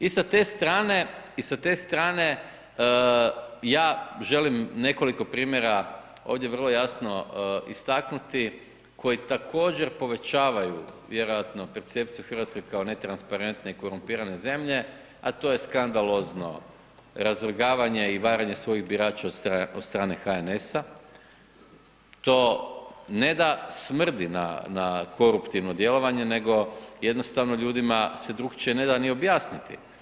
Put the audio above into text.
I sa te strane, i sa te strane ja želim nekoliko primjera ovdje vrlo jasno istaknuti koji također povećavaju vjerojatno percepciju Hrvatske kao netransparentne i korumpirane zemlje, a to je skandalozno razvrgavanje i varanje svojih birača od strane HNS-a, to ne da smrdi na koruptivno djelovanje, nego jednostavno ljudima se drukčije ne da ni objasniti.